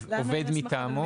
לנו אין הסמכה,